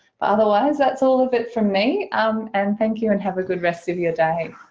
but otherwise that's all of it from me um and thank you and have a good rest of your day.